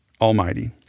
Almighty